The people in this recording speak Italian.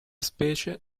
specie